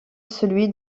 celui